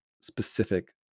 specific